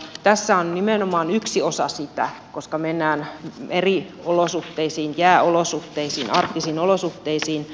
tässä on nimenomaan yksi osa sitä koska mennään eri olosuhteisiin jääolosuhteisiin arktisiin olosuhteisiin